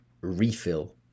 refill